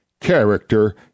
Character